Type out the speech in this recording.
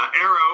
Arrow